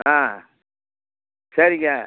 ஆ சரிங்க